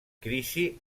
crisi